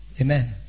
Amen